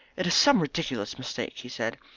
it is some ridiculous mistake, he said.